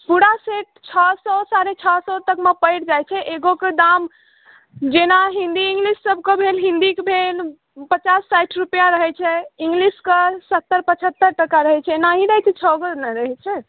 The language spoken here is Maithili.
पूरा सेट छओ सए साढ़े छओ सए तक मे पड़ि जाइ छै एगो के दाम जेना हिन्दी इंग्लिश सभके भेल हिन्दी के भेल पचास साठि रुपआ रहै छै इंग्लिश के सत्तरि पछत्तरि टका रहै छै एनाही नहि किछु ओवर नहि रहै छै